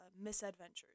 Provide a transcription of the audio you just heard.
misadventures